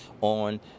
on